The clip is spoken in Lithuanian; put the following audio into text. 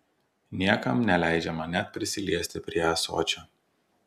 niekam neleidžiama net prisiliesti prie ąsočio